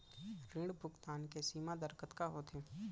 ऋण भुगतान के सीमा दर कतका होथे?